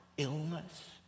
illness